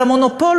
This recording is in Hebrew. על המונופול,